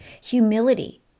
humility